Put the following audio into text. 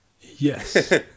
yes